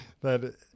that-